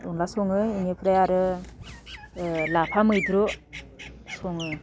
अनद्ला सङो इनिफ्राय आरो लाफा मैद्रु सङो